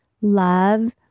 love